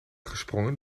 gesprongen